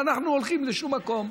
ואנחנו הולכים לשום מקום.